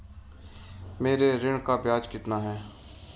मेरे ऋण का ब्याज कितना है?